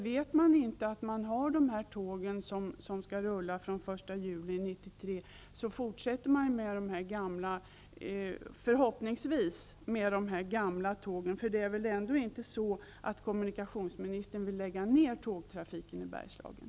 Om man inte vet att dessa tåg skall rulla från den 1 juli 1993, kommer man, förhoppningsvis, att fortsätta använda de gamla tågen.